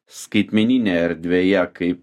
skaitmeninėje erdvėje kaip